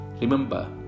Remember